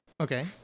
Okay